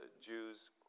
Jews